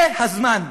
זה הזמן.